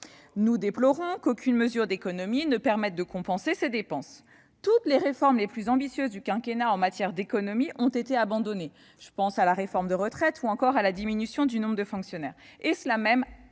Nous déplorons qu'aucune mesure d'économie ne permette de compenser ces dépenses. Toutes les réformes ambitieuses du quinquennat en matière d'économie ont été abandonnées- je pense à la réforme des retraites ou à la diminution du nombre de fonctionnaires -, et ce